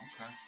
Okay